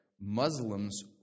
Muslims